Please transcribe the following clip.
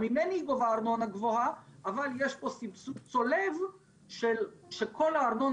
גם ממני היא גובה ארנונה גבוהה אבל יש פה סבסוד צולב של כל הארנונה